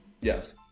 Yes